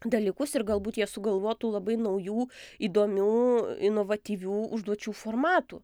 dalykus ir galbūt jie sugalvotų labai naujų įdomių inovatyvių užduočių formatų